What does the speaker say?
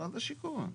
משרד השיכון.